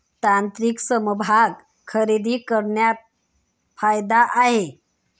तांत्रिक समभाग खरेदी करण्यात फायदा आहे